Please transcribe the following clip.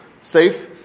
safe